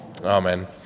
Amen